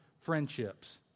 friendships